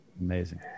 Amazing